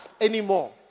anymore